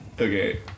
Okay